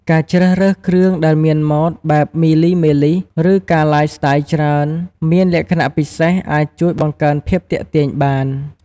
ការជ្រើសរើសគ្រឿងដែលមានម៉ូដបែបមីនីមេលីស ឬការឡាយស្ទាយច្រើន មានលក្ខណៈពិសេសអាចជួយបង្កើនភាពទាក់ទាញបាន។